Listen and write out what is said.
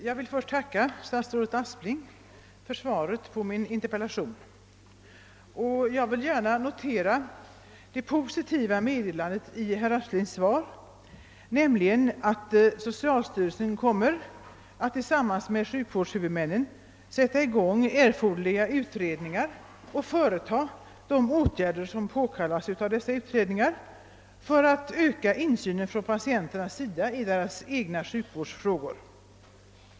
Jag vill först tacka statsrådet Aspling för svaret på min interpellation, och jag vill gärna notera det positiva meddelandet i herr Asplings svar, nämligen att socialstyrelsen tillsammans med sjukvårdshuvudmännen kommer att sätta i gång erforderliga utredningar och vidta de åtgärder som påkallas av dessa utredningar för att öka insynen för patienterna i deras egna sjukvårdsfrågor.